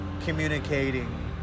communicating